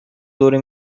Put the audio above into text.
دور